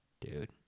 dude